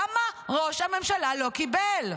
למה ראש הממשלה לא קיבל?